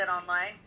Online